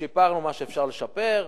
שיפרנו מה שאפשר לשפר,